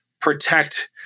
protect